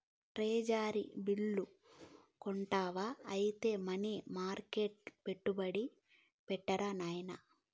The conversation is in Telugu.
ట్రెజరీ బిల్లు కొంటివా ఐతే మనీ మర్కెట్ల పెట్టుబడి పెట్టిరా నాయనా